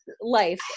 life